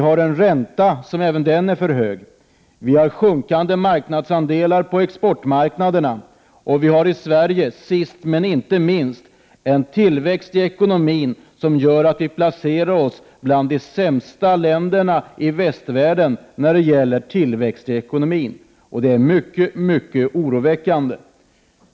Vår räntenivå är även den för hög. Våra marknadsandelar sjunker på exportmarknaderna. Sist men inte minst har vi i Sverige en tillväxt i ekonomin som placerar oss långt ned på listan bland länderna i västvärlden när det gäller tillväxt i ekonomin, vilket är mycket oroväckande.